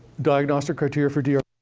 diagnostic criteria for did